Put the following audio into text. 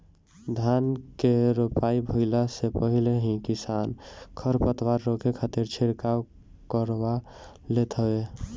धान के रोपाई भइला से पहिले ही किसान खरपतवार रोके खातिर छिड़काव करवा लेत हवे